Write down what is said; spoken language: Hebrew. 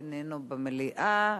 איננו במליאה.